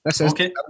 Okay